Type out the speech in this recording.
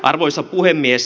arvoisa puhemies